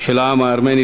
של העם הארמני,